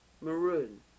maroon